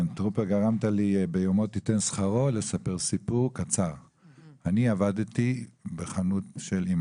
נַפְשׁוֹ וְלֹא יִקְרָא עָלֶיךָ אֶל יְהוָה